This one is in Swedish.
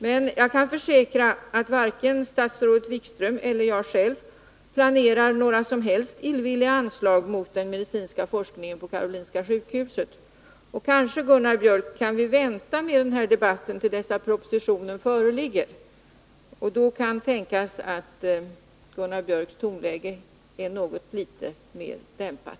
Men jag kan försäkra att varken statsrådet Wikström eller jag själv planerar några som helst illvilliga ingrepp mot den medicinska forskningen på Karolinska sjukhuset. Kanske kan vi, Gunnar Biörck, vänta med denna debatt tills propositionen föreligger. Det kan tänkas att Gunnar Biörcks tonläge då är något mer dämpat.